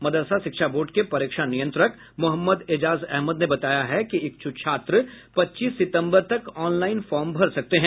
मदरसा शिक्षा बोर्ड के परीक्षा नियंत्रक मोहम्मद एजाज अहमद ने बताया है कि इच्छुक छात्र पच्चीस सितंबर तक ऑनलाइन फॉर्म भर सकते हैं